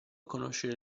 conoscere